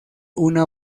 una